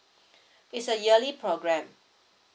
is a yearly program